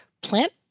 plant